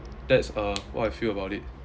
that's uh what I feel about it